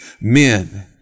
men